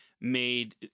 made